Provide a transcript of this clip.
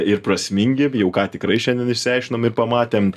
ir prasmingi jau ką tikrai šiandien išsiaiškinom ir pamatėm